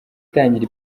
itangira